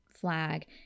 flag